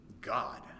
God